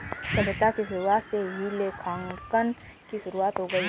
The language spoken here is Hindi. सभ्यता की शुरुआत से ही लेखांकन की शुरुआत हो गई थी